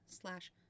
slash